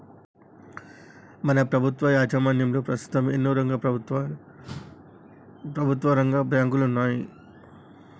మన ప్రభుత్వం యాజమాన్యంలో పస్తుతం ఎన్నో ప్రభుత్వరంగ బాంకులున్నాయి